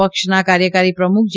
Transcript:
પક્ષના કાર્યકારી પ્રમુખ જે